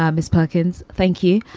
ah miss perkins. thank you.